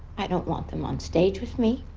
i don't want them on stage with me